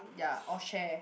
ya or share